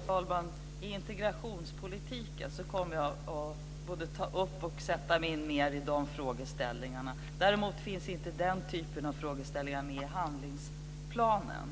Herr talman! I integrationspolitiken kommer jag att både ta upp och sätta mig mer in i de frågeställningarna. Däremot finns inte den typen av frågeställningar med i handlingsplanen.